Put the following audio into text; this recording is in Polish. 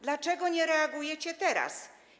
Dlaczego nie reagujecie teraz?